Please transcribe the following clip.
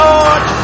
Lord